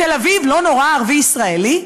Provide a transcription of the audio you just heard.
בתל-אביב לא נורה ערבי ישראלי?